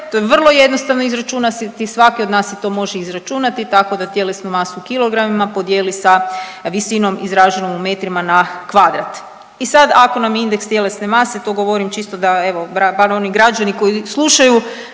to je vrlo jednostavno izračunati, svaki od nas si to može izračunati tako da tjelesnu masu u kilogramima podijeli sa visinom izraženom u metrima na kvadrat i sad ako nam indeks tjelesne mase, to govorim čisto da evo bar oni građani koji slušaju